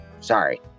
sorry